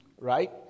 Right